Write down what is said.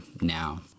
now